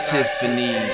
Tiffany